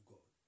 God